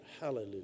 hallelujah